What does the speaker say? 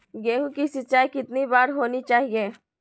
गेहु की सिंचाई कितनी बार होनी चाहिए?